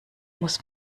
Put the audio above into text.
muss